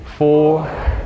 Four